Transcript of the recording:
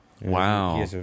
wow